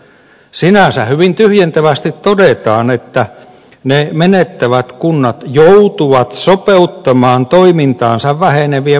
sinänsä hyvin tyhjentävästi todetaan että ne menettävät kunnat joutuvat sopeuttamaan toimintaansa vähenevien valtionosuuksien vuoksi